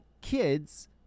kids